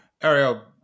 Ariel